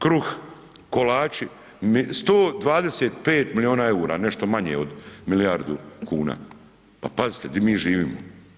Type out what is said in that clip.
Kruh, kolači, 125 milijuna EUR, nešto manje od milijardu kuna, pa pazite, di mi živimo?